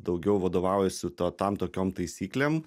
daugiau vadovaujuosi ta tam tokiom taisyklėm